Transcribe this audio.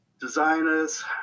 designers